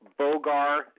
Bogar